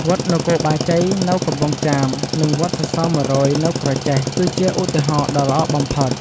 វត្តនគរបាជ័យនៅកំពង់ចាម និងវត្តសសរ ១០០ នៅក្រចេះ គឺជាឧទាហរណ៍ដ៏ល្អបំផុត។